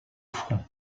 front